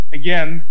again